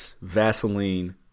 Vaseline